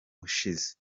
ushize